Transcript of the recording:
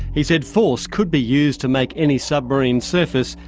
he said force could be used to make any submarine surface.